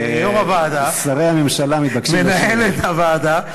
מנהלת הוועדה,